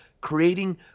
creating